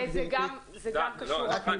-- דן תראה,